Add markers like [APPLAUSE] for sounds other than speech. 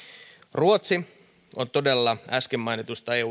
ruotsi on todella äsken mainituista eu [UNINTELLIGIBLE]